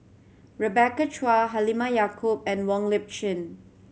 Rebecca Chua Halimah Yacob and Wong Lip Chin